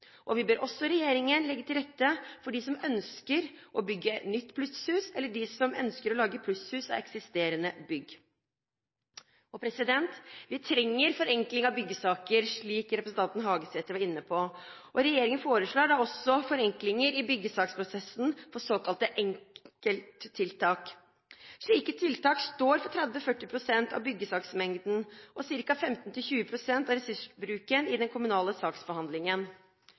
plusshus. Vi ber også regjeringen om å legge til rette for dem som ønsker å bygge nytt plusshus, eller som ønsker å lage plusshus av eksisterende bygg. Vi trenger forenkling av byggesaker, slik representanten Hagesæter var inne på. Regjeringen foreslår da også forenklinger i byggesaksprosessene for såkalte enkle tiltak. Slike tiltak står for 30–40 pst. av byggesaksmengden og ca. 15–20 pst. av ressursbruken i den kommunale